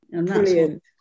Brilliant